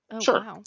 sure